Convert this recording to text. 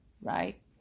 right